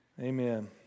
Amen